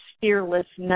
fearlessness